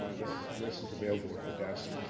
this list is available at the desk,